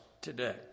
today